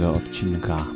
odcinka